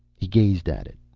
he gazed at it.